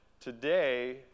today